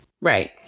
Right